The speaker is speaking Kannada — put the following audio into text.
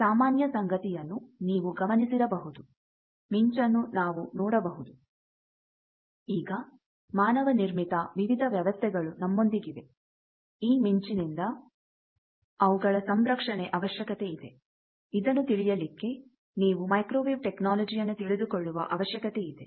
ಈ ಸಾಮಾನ್ಯ ಸಂಗತಿಯನ್ನು ನೀವು ಗಮನಿಸಿರಬಹುದು ಮಿಂಚನ್ನು ನಾವು ನೋಡಬಹುದು ಈಗ ಮಾನವನಿರ್ಮಿತ ವಿವಿಧ ವ್ಯವಸ್ಥೆಗಳು ನಮ್ಮೊಂದಿಗಿವೆ ಈ ಮಿಂಚಿನಿಂದ ಅವುಗಳ ಸಂರಕ್ಷಣೆ ಅವಶ್ಯಕತೆ ಇದೆ ಇದನ್ನು ತಿಳಿಯಲಿಕ್ಕೆ ನೀವು ಮೈಕ್ರೋವೇವ್ ಟೆಕ್ನಾಲಜಿ ಅನ್ನು ತಿಳಿದುಕೊಳ್ಳುವ ಅವಶ್ಯಕತೆ ಇದೆ